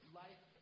life